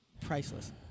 priceless